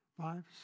five